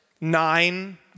nine